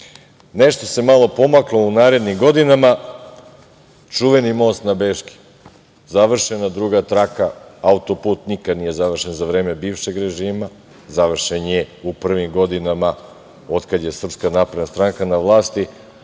se malo pomaklo u narednim godinama. Čuveni most na Beški. Završena druga traka, autoput nikad nije završen za vreme bivšeg režima. Završen je u prvim godinama otkad je SNS na vlasti.